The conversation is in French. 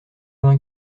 vingt